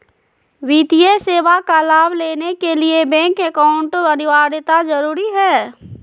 वित्तीय सेवा का लाभ लेने के लिए बैंक अकाउंट अनिवार्यता जरूरी है?